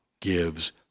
gives